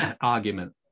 argument